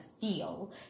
feel